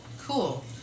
cool